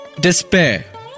despair